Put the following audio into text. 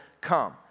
come